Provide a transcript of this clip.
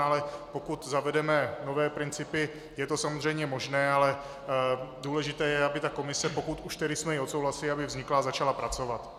Ale pokud zavedeme nové principy, je to samozřejmě možné, ale důležité je, aby ta komise, pokud už jsme ji tedy odsouhlasili, vznikla a začala pracovat.